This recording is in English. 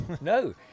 no